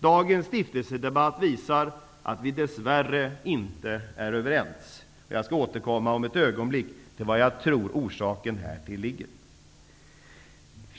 Dagens stiftelsedebatt visar att vi dess värre inte är överens. Jag skall om ett ögonblick återkomma till var jag tror att orsaken därtill ligger.